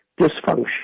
dysfunction